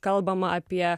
kalbama apie